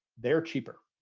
they're cheaper